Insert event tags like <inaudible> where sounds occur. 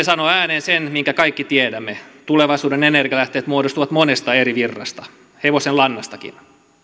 <unintelligible> sanoo ääneen sen minkä kaikki tiedämme tulevaisuuden energialähteet muodostuvat monesta eri virrasta hevosenlannastakin